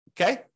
okay